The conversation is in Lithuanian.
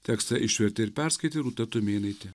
tekstą išvertė ir perskaitė rūta tumėnaitė